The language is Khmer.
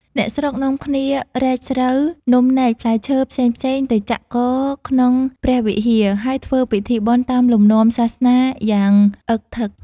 អ្នកស្រុក នាំគ្នារែកស្រូវនំនែកផ្លែឈើ ផ្សេងៗ ទៅចាក់គរក្នុងព្រះវិហារ ហើយធ្វើពិធីបុណ្យតាមលំនាំសាសនា យ៉ាងអ៊ឹកធឹក ។